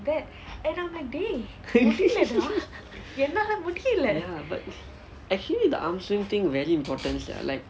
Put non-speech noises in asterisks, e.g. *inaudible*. *laughs* ya actually the arm swing thing very important sia like